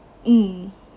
mm